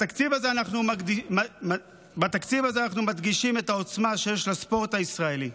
בתקציב הזה אנחנו מדגישים את העוצמה שיש לספורט הישראלי,